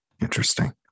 Interesting